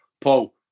Paul